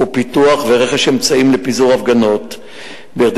פיתוח ורכש של אמצעים לפיזור הפגנות כדי